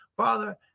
Father